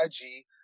IG